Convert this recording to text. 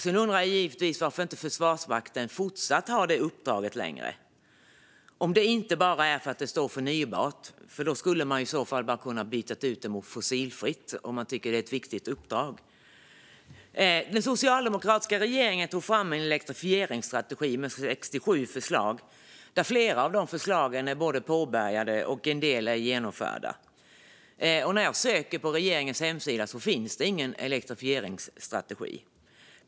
Jag undrar givetvis även varför Försvarsmakten inte längre har detta uppdrag. Är det bara för att det stod "förnybart"? I så fall hade man kunnat byta ut det mot "fossilfritt", om man nu tycker att det är ett viktigt uppdrag. Den socialdemokratiska regeringen tog fram en elektrifieringsstrategi med 67 förslag. Flera av förslagen är påbörjade, och en del är genomförda. När jag söker på regeringens hemsida hittar jag ingen elektrifieringsstrategi.